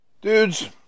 Dudes